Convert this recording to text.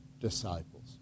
disciples